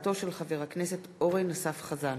הצעתו של חבר הכנסת אורן אסף חזן,